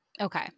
Okay